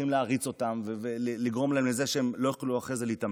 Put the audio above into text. מתחילים להריץ אותם ולגרום לזה שאחר כך הם לא יכולים להתאמן.